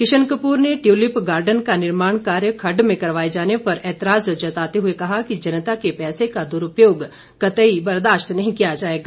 किशन कपूर ने tulip garden का निर्माण कार्य खड्ड में करवाए जाने पर एतराज जताते हुए कहा कि जनता के पैसे का दुरूपयोग कतई बर्दाशत नहीं किया जाएगा